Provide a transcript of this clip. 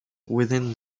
with